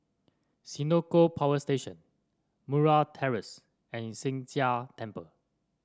Senoko Power Station Murray Terrace and Sheng Jia Temple